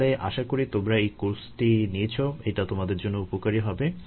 তাহলে আশা করি তোমরা এই কোর্সটি নিয়েছো এটা তোমাদের জন্য উপকারি হবে